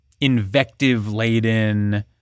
invective-laden